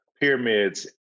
pyramids